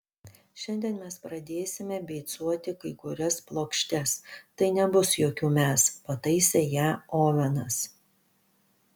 šiandien mes pradėsime beicuoti kai kurias plokštes tai nebus jokių mes pataisė ją ovenas